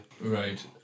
Right